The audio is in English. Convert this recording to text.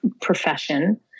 profession